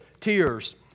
tears